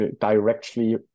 directly